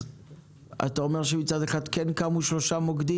אתה אומר שמצד אחד קמו שלושה מוקדים.